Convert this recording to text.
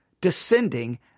descending